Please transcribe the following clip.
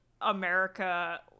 America